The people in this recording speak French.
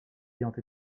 ayant